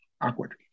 awkward